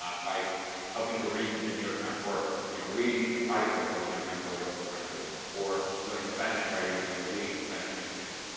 ah by helping to read the new york times or, you know, reading articles from the new york times while you're also translating them or learning spanish by reading, you know, the leading spanish newspaper.